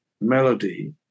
melody